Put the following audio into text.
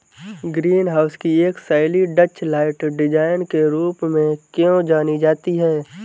Green house की एक शैली डचलाइट डिजाइन के रूप में क्यों जानी जाती है?